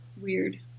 Weird